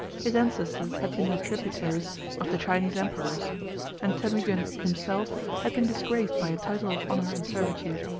his ancestors had been the tributaries of the chinese emperors and temugin himself had been disgraced by a title of honor and servitude.